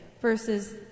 versus